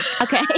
Okay